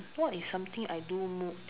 what is something I do more to